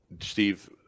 Steve